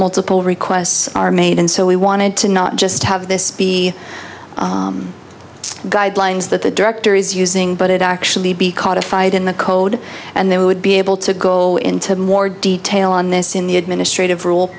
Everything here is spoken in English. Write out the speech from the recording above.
multiple requests are made and so we wanted to not just have this be guidelines that the director is using but it actually be codified in the code and they would be able to go into more detail on this in the administrative rule